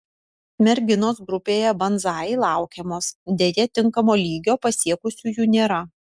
merginos grupėje banzai laukiamos deja tinkamo lygio pasiekusiųjų nėra